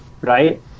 right